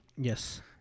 Yes